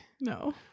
no